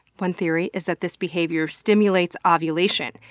one theory is that this behavior stimulates ah ovulation,